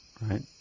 right